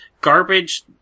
garbage